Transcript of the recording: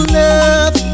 love